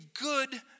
good